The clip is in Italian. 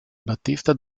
battista